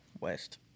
West